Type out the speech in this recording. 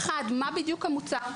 אחד מה בדיוק המוצר,